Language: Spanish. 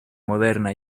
moderna